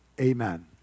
Amen